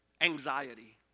anxiety